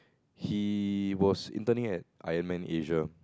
he was interning at Ironman Asia